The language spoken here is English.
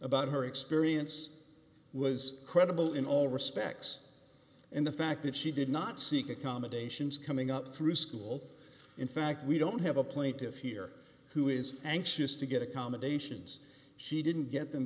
about her experience was credible in all respects and the fact that she did not seek accommodations coming up through school in fact we don't have a plaintiff here who is anxious to get accommodations she didn't get them